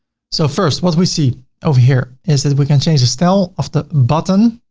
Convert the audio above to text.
so first, what we see over here, it says we can change the stele of the button.